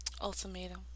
ultimatum